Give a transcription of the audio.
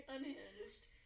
Unhinged